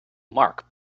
mark